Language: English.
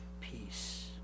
peace